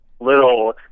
little